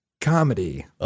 Comedy